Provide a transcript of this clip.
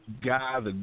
guys